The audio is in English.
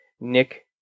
Nick